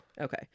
okay